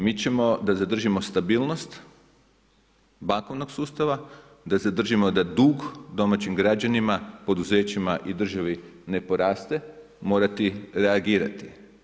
Mi ćemo da zadržimo stabilnost bankovnog sustava, da zadržimo da dug domaćim građanima, poduzećima i državi ne poraste, morati reagirati.